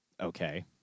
Okay